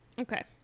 Okay